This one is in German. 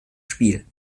spiel